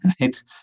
right